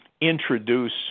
introduce